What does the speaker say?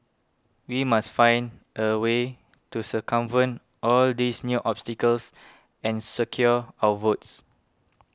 we must find a way to circumvent all these new obstacles and secure our votes